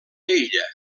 illa